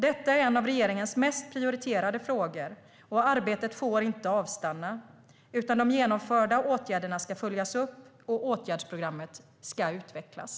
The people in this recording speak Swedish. Detta är en av regeringens mest prioriterade frågor och arbetet får inte avstanna, utan de genomförda åtgärderna ska följas upp och åtgärdsprogrammet ska utvecklas.